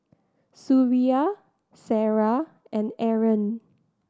Suria Sarah and Aaron